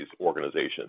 organizations